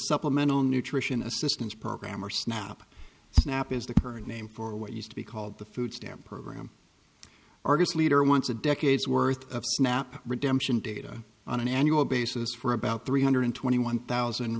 supplemental nutrition assistance program or snap snap is the current name for what used to be called the food stamp program argus leader wants a decade's worth of nap redemption data on an annual basis for about three hundred twenty one thousand